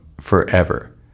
forever